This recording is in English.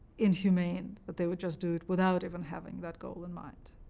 inhumane that they would just do it without even having that goal in mind.